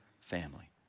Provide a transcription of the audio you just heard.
family